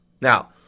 Now